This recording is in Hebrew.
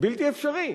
בלתי אפשרי.